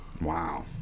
Wow